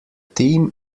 team